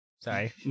Sorry